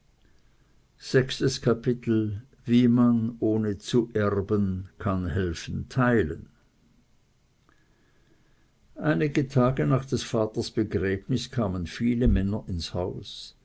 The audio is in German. wie man ohne zu erben kann helfen teilen einige tage nach des vaters begräbnis kamen viele männer ins haus